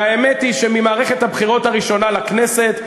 והאמת היא שממערכת הבחירות הראשונה לכנסת,